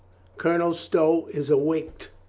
colonel stow is awaked